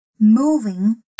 moving